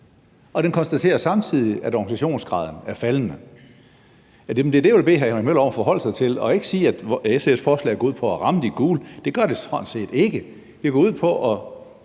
Den konstaterer samtidig, at organisationsgraden er faldende. Det er det, jeg vil bede hr. Henrik Møller om at forholde sig til, og ikke noget med, at SF's forslag går ud på at ramme de gule – det gør det sådan set ikke; det går ud på at